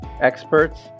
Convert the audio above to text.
experts